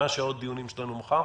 מהם שעות הדיונים שלנו מחר?